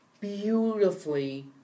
beautifully